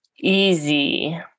easy